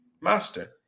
Master